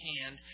hand